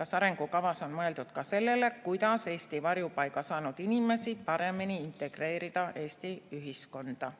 kas arengukavas on mõeldud ka sellele, kuidas Eestis varjupaiga saanud inimesi paremini integreerida Eesti ühiskonda.